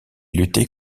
luttait